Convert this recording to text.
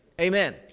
Amen